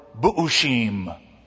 bu'ushim